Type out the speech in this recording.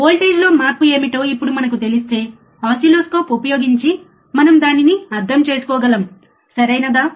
వోల్టేజ్లో మార్పు ఏమిటో ఇప్పుడు మనకు తెలిస్తే ఓసిల్లోస్కోప్ ఉపయోగించి మనం దానిని అర్థం చేసుకోగలం సరియైనదా